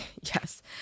Yes